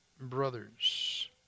brothers